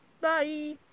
Bye